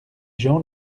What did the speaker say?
gens